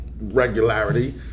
regularity